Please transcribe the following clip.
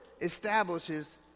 establishes